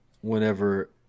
whenever